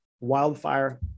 wildfire